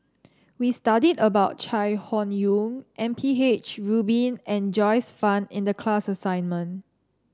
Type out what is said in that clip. we studied about Chai Hon Yoong M P H Rubin and Joyce Fan in the class assignment